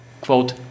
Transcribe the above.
quote